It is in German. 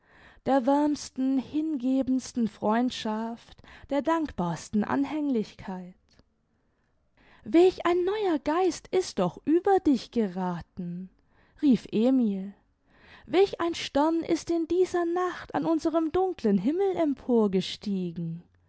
der wärmsten hingebendsten freundschaft der dankbarsten anhänglichkeit welch ein neuer geist ist doch über dich gerathen rief emil welch ein stern ist in dieser nacht an unserem dunklen himmel